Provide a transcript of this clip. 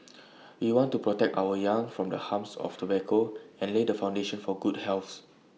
we want to protect our young from the harms of tobacco and lay the foundation for good health